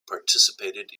participated